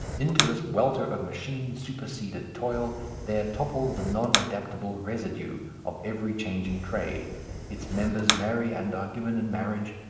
into this welter of machine-superseded toil there topples the non-adaptable residue of every changing trade its members marry and are given in marriage,